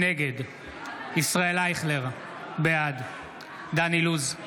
נגד ישראל אייכלר, בעד דן אילוז,